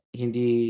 hindi